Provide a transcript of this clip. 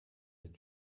did